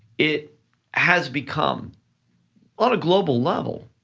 it has become on a global level,